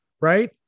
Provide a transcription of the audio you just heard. Right